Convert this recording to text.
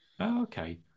okay